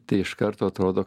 tai iš karto atrodo